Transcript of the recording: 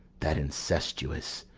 that incestuous,